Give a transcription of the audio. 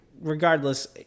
regardless